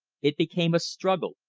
it became a struggle,